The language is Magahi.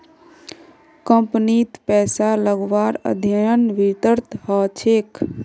कम्पनीत पैसा लगव्वार अध्ययन वित्तत ह छेक